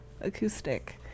Acoustic